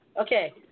Okay